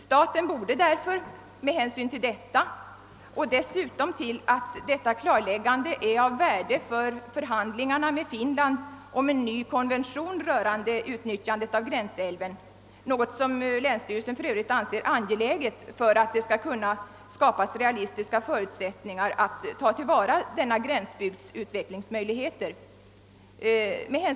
Detta klarläggande är dessutom av värde för förhandlingarna med Finland om en ny konvention rörande utnyttjande av gränsälven. Länsstyrelsen anser en sådan konvention nödvändig för att det skall kunna skapas realistiska förutsättningar att tillvarata gränsbygdens utvecklingsmöjligheter.